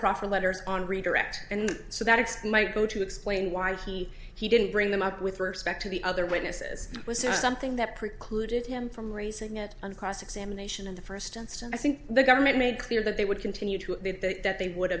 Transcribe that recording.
proffer letters on redirect and so that excuse might go to explain why he he didn't bring them up with respect to the other witnesses was there something that precluded him from raising it on cross examination in the first instance i think the government made clear that they would continue to that they would